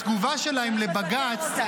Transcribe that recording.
בתגובה שלהם לבג"ץ,